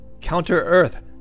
Counter-Earth